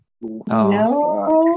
No